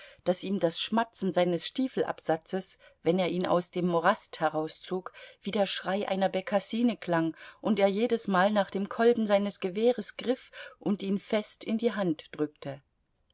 daß ihm das schmatzen seines stiefelabsatzes wenn er ihn aus dem morast herauszog wie der schrei einer bekassine klang und er jedesmal nach dem kolben seines gewehres griff und ihn fest in die hand drückte